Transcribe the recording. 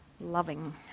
loving